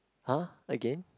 !huh! again